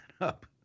up